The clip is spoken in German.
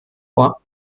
vor